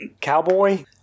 Cowboy